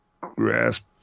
grasp